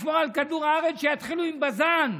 לשמור על כדור הארץ, שיתחילו עם בז"ן,